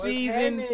Season